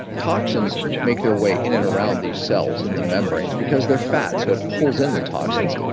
toxins make their way in and around these cells and the membranes because they're fat, so it pulls in the toxins.